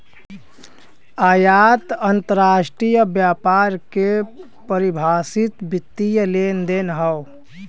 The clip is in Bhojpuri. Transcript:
आयात अंतरराष्ट्रीय व्यापार के परिभाषित वित्तीय लेनदेन हौ